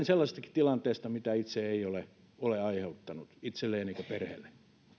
sellaisestakin tilanteesta mitä itse ei ole ole aiheuttanut itselleen eikä perheelleen